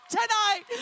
tonight